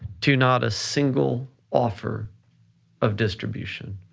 to not a single offer of distribution,